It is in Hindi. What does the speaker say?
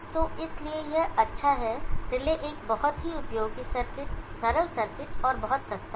तो इसलिए यह अच्छा है रिले एक बहुत ही उपयोगी सर्किट सरल सर्किट और बहुत सस्ता है